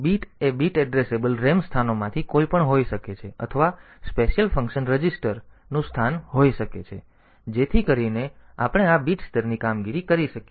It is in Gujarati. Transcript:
તેથી bit a bit addressable RAM સ્થાનોમાંથી કોઈ પણ હોઈ શકે છે અથવા સ્પેશિયલ ફંક્શન રજિસ્ટર અથવા નું કોઈ સ્થાન હોઈ શકે છે જેથી કરીને આપણે આ બીટ સ્તરની કામગીરી કરી શકીએ